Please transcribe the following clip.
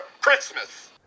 Christmas